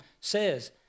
says